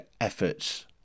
efforts